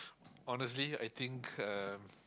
honestly I think um